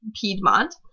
Piedmont